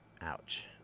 Ouch